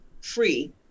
free